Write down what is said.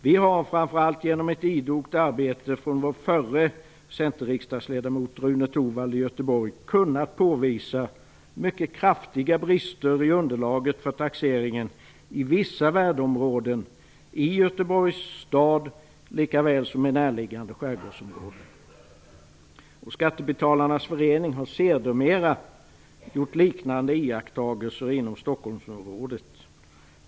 Vi har framför allt genom ett idogt arbete av vår förre centerriksdagsledamot Rune Torwald i Göteborg kunnat påvisa mycket kraftiga brister i underlaget för taxeringen i vissa värdeområden i Göteborgs stad lika väl som i närliggande skärgårdsområden. Skattebetalarnas förening har sedermera gjort liknande iakttagelser inom Stockholmsområdet.